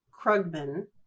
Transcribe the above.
krugman